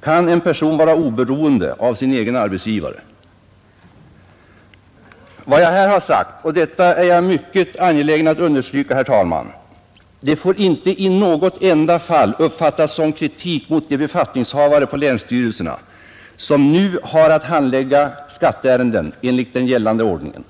Kan en person vara oberoende av sin egen arbetsgivare? Vad jag här har sagt — och detta är jag mycket angelägen att understryka, herr talman — får inte i något enda fall uppfattas som kritik mot de befattningshavare på länsstyrelserna som nu har att handlägga skatteärenden enligt den gällande ordningen.